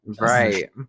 right